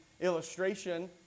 illustration